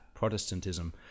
Protestantism